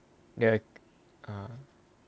the err